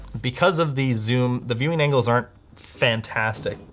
because of the zoom, the viewing angles aren't fantastic.